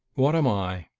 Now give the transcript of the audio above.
what am i?